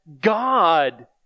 God